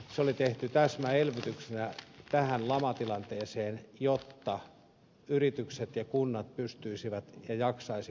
se oli tehty täsmäelvytyksenä tähän lamatilanteeseen jotta yritykset ja kunnat pystyisivät työllistämään ja jaksaisivat työllistää